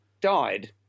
died